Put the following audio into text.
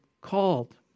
called